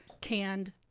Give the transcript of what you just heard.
canned